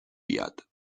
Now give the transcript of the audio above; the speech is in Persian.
بیاد